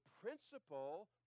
principle